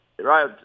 right